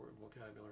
vocabulary